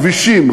כבישים,